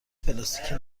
پلاستیکی